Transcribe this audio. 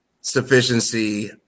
sufficiency